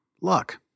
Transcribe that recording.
luck